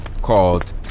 called